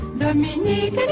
Dominique